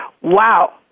Wow